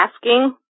asking